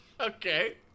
okay